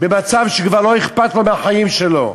במצב שכבר לא אכפת לו מהחיים שלו,